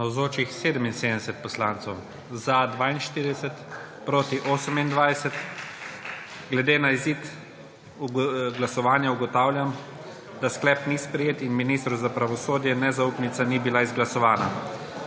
28. (Za je glasovalo 42.) (Proti 28.) Glede na izid glasovanja ugotavljam, da sklep ni sprejet in ministru za pravosodje nezaupnica ni bila izglasovana.